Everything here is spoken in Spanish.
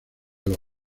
los